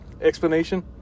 explanation